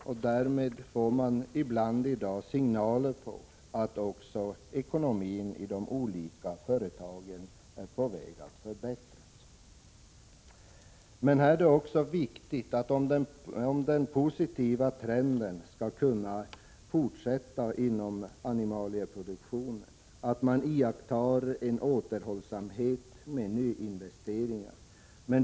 Vi har också fått signaler om att ekonomin för företagen är på väg att förbättras. Det är viktigt för att den positiva trenden skall kunna bibehållas inom animalieproduktionen att återhållsamhet med nyinvesteringar iakttas.